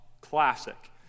classic